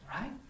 right